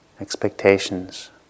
expectations